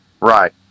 Right